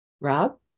Rob